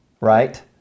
right